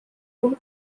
اون